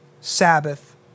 Sabbath